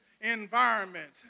environment